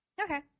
Okay